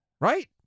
Right